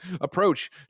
approach